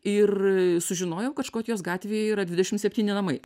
ir sužinojau kad škotijos gatvėj yra dvidešimt septyni namai